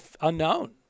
unknown